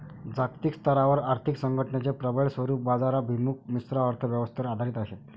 जागतिक स्तरावर आर्थिक संघटनेचे प्रबळ स्वरूप बाजाराभिमुख मिश्र अर्थ व्यवस्थेवर आधारित आहे